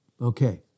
Okay